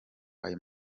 ayo